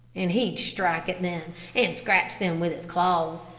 and he'd strike at them, and scratch them with his claws,